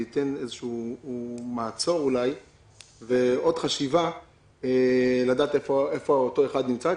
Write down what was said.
זה ייתן איזשהו מעצור אולי וחשיבה נוספת לדעת איפה אותו אחד נמצא.